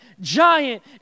giant